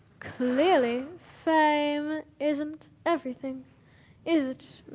clearly fame isn't everything, is it,